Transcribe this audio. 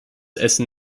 essen